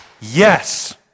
yes